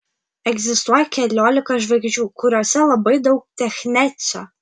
egzistuoja keliolika žvaigždžių kuriose labai daug technecio